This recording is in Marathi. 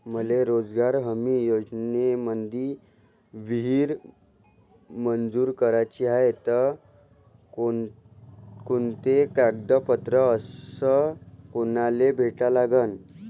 मले रोजगार हमी योजनेमंदी विहीर मंजूर कराची हाये त कोनकोनते कागदपत्र अस कोनाले भेटा लागन?